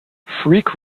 freak